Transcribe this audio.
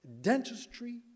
dentistry